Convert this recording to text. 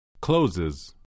Closes